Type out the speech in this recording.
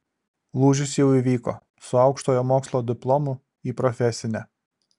lūžis jau įvyko su aukštojo mokslo diplomu į profesinę